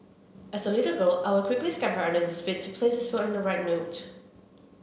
as a little girl I would quickly scamper under his feet to place his foot on the right note